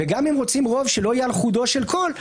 ואם רוצים חוק שלא יהיה על חודו של קול,